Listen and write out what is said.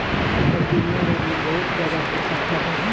एकर दुनिया भर मे बहुत जगह पर शाखा बा